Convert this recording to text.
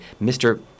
Mr